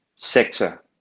sector